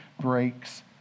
breaks